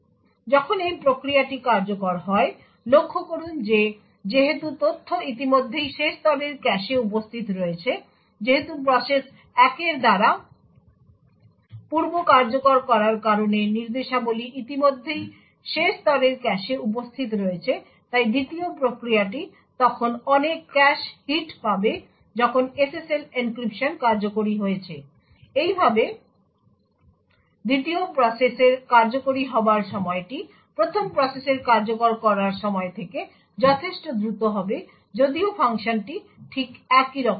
সুতরাং যখন এই প্রক্রিয়াটি কার্যকর হয় লক্ষ্য করুন যে যেহেতু তথ্য ইতিমধ্যেই শেষ স্তরের ক্যাশে উপস্থিত রয়েছে যেহেতু প্রসেস 1 এর দ্বারা পূর্বে কার্যকর করার কারণে নির্দেশাবলী ইতিমধ্যেই শেষ স্তরের ক্যাশে উপস্থিত রয়েছে তাই 2য় প্রক্রিয়াটি তখন অনেক ক্যাশ হিট পাবে যখন SSL এনক্রিপশন কার্যকরি হয়েছে এইভাবে 2য় প্রসেসের কার্যকরি হবার সময়টি 1ম প্রসেসের কার্যকর করার সময় থেকে যথেষ্ট দ্রুত হবে যদিও ফাংশনটি ঠিক একইরকম